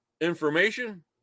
information